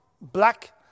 black